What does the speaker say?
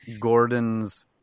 Gordon's